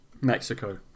mexico